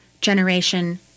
generation